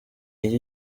iki